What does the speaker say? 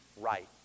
right